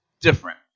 different